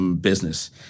business